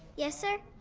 yes, sir?